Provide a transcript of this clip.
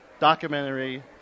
documentary